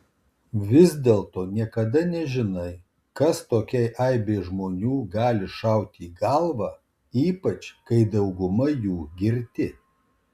vis dėlto niekada nežinai kas tokiai aibei žmonių gali šauti į galvą ypač kai dauguma jų girti